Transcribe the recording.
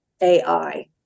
AI